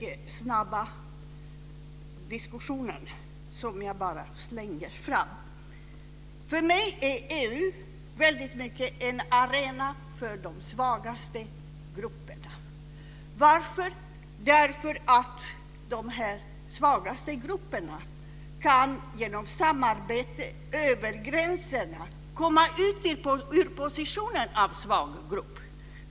En sista punkt: För mig är EU i stor utsträckning en arena för de svagaste grupperna, därför att de genom samarbete över gränserna kan komma ifrån den positionen.